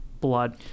blood